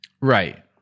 Right